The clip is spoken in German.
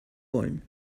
wollen